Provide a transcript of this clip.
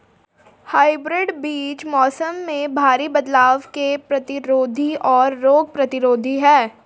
hybrid बीज मौसम में भारी बदलाव के प्रतिरोधी और रोग प्रतिरोधी हैं